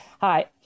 Hi